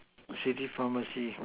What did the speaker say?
city pharmacy